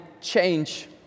change